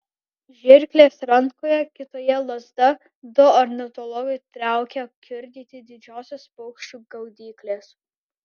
žirklės rankoje kitoje lazda du ornitologai traukia kiurdyti didžiosios paukščių gaudyklės